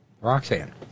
Roxanne